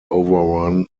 overrun